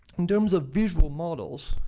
in terms of visual models,